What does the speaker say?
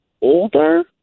older